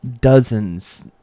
dozens